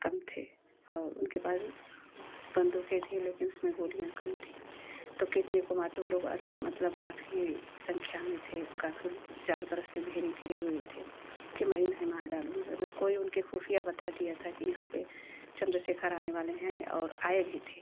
कम थे और उनके पास बंदूकें थीं लेकिन उसमें गोलियाँ कम थी तो कितने को मारते वो लोग मतलब काफ़ी संख्या में थे काफ़ी चारों तरफ से घेरे घिरे हुए थे कि मैं इन्हें मार डालूँगा मतलब कोई उनके खूफ़िया बता दिया था कि यहाँ पर चंद्रशेखर आने वाले हैं और आए भी थे